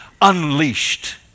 unleashed